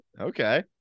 Okay